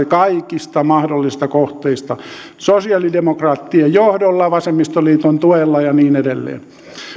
kaikista mahdollisista kohteista sosialidemokraattien johdolla vasemmistoliiton tuella ja niin edelleen